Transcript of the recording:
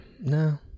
No